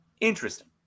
Interesting